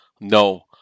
No